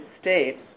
States